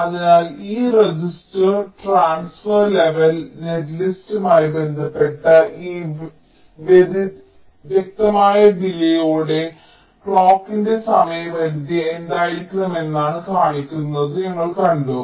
അതിനാൽ ഈ register transfer level നെറ്റ്ലിസ്റ്റുമായി ബന്ധപ്പെട്ട് ഈ വ്യതിരിക്തമായ ഡിലേയ്യോടെ ക്ലോക്കിന്റെ സമയപരിധി എന്തായിരിക്കണമെന്ന് കാണിക്കുന്നത് ഞങ്ങൾ കണ്ടു